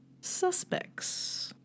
suspects